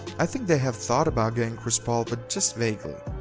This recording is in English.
i think they have thought about getting chris paul but just vaguely.